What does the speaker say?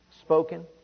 spoken